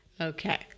okay